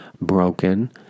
broken